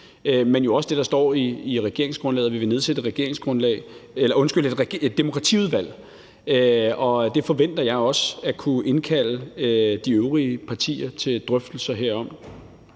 også det, der står i regeringsgrundlaget, om, at vi vil nedsætte et demokratiudvalg. Det forventer jeg også at kunne indkalde de øvrige partier til drøftelser om.